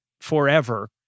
forever